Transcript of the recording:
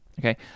okay